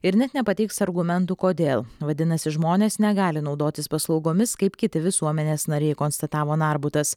ir net nepateiks argumentų kodėl vadinasi žmonės negali naudotis paslaugomis kaip kiti visuomenės nariai konstatavo narbutas